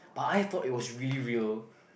but I thought it was really real